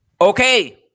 okay